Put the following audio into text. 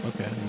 Okay